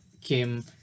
came